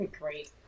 Great